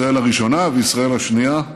ישראל הראשונה וישראל השנייה,